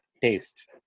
taste